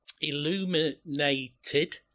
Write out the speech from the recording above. illuminated